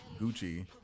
Gucci